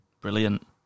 brilliant